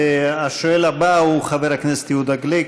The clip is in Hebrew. השואל הבא הוא חבר הכנסת יהודה גליק,